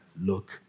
Look